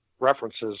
references